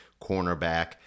cornerback